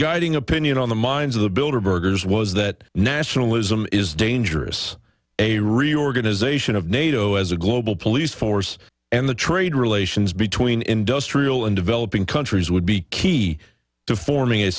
guiding opinion on the minds of the builder berger's was that nationalism is dangerous a reorganization of nato as a global police force and the trade relations between industrial and developing countries would be key to forming a